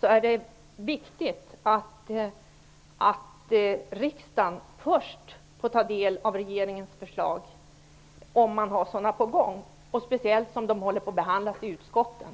sade, är viktigt att riksdagen först får ta del av regeringens förslag om man har sådana på gång - speciellt om de håller på att behandlas i utskotten.